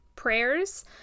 prayers